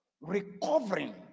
Recovering